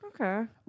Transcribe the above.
Okay